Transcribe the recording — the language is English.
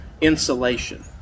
insulation